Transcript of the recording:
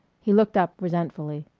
he looked up resentfully.